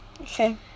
Okay